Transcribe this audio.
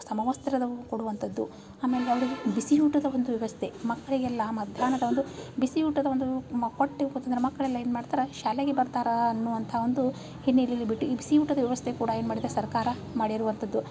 ಸಮವಸ್ತ್ರದವು ಕೊಡುವಂಥದ್ದು ಆಮೇಲೆ ಅವರಿಗೆ ಬಿಸಿ ಊಟದ ಒಂದು ವ್ಯವಸ್ಥೆ ಮಕ್ಕಳಿಗೆಲ್ಲ ಮಧ್ಯಾಹ್ನದ ಒಂದು ಬಿಸಿ ಊಟದ ಒಂದು ಮ ಕೊಟ್ಟೆವು ಅಂತಂದ್ರೆ ಮಕ್ಕಳೆಲ್ಲ ಏನು ಮಾಡ್ತಾರೆ ಶಾಲೆಗೆ ಬರ್ತಾರೆ ಅನ್ನುವಂಥ ಒಂದು ಹಿನ್ನೆಲೆಯಲ್ಲಿ ಬಿಟ್ ಈ ಬಿಸಿ ಊಟದ ವ್ಯವಸ್ಥೆ ಕೂಡ ಏನು ಮಾಡಿದೆ ಸರ್ಕಾರ ಮಾಡಿರುವಂಥದ್ದು